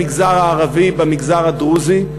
הם נמצאים במגזר הערבי, במגזר הדרוזי.